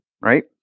Right